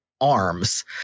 arms